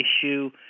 issue